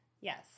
Yes